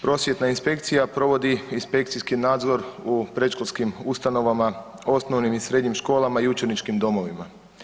Prosvjetna inspekcija provodi inspekcijski nadzor u predškolskim ustanovama, osnovnim i srednjim školama i učeničkim domovima.